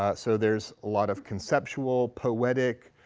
ah so there's a lot of conceptual, poetic,